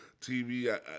TV